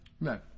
No